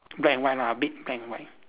black and white lah big black and white